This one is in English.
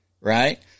Right